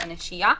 מהנשייה.